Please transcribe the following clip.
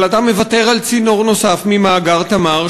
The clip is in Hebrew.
אבל אתה מוותר על צינור נוסף ממאגר "תמר",